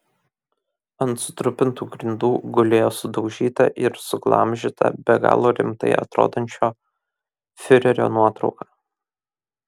ant sutrupintų grindų gulėjo sudaužyta ir suglamžyta be galo rimtai atrodančio fiurerio nuotrauka